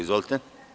Izvolite.